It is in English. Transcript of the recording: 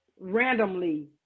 randomly